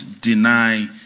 deny